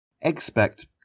expect